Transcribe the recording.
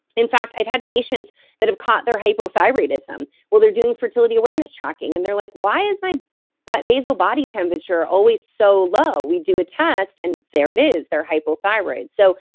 in fact, i've had patients that've caught their hypothyroidism while they're doing fertility awareness tracking. and they're like, why is my but basal body temperature always so low? we do a test, and there it is, they're hypothyroid so,